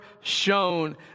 shown